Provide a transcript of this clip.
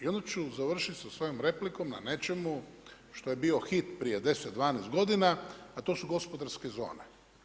I onda ću završiti sa svojom replikom na nečemu što je bio hit prije 10, 12 godina, a to su gospodarske zone.